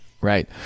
Right